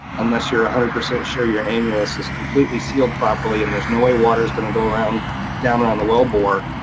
unless you're one ah hundred percent sure your annulus is completely sealed properly and there's no way water is gonna go around down around the well bore,